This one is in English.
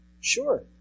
Sure